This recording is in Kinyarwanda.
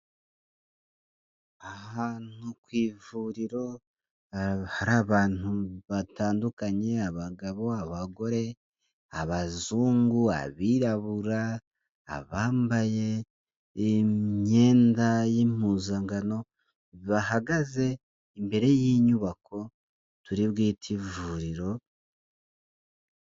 Ahantu ku ivuriro hari abantu batandukanye abagabo, abagore, abazungu, abirabura, abambaye imyenda y'impuzankano, bahagaze imbere y'inyubako turi bwite ivuriro.